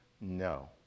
No